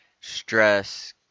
stress